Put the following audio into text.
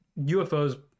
UFOs